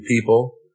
people